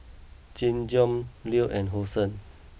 Nin Jiom Leo and Hosen